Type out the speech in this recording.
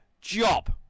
job